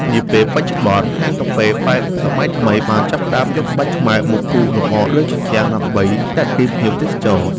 នាពេលបច្ចុប្បន្ន ហាងកាហ្វេបែបសម័យថ្មីបានចាប់ផ្ដើមយកក្បាច់ខ្មែរមកគូរលម្អលើជញ្ជាំង ដើម្បីទាក់ទាញភ្ញៀវទេសចរ។